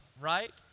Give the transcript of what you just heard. right